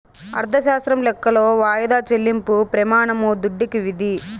అర్ధశాస్త్రం లెక్కలో వాయిదా చెల్లింపు ప్రెమానమే దుడ్డుకి విధి